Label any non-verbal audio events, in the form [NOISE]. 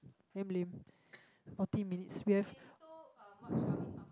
damn lame forty minutes we have [BREATH]